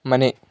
ಮನೆ